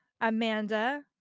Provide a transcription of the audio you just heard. Amanda